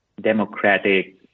democratic